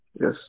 yes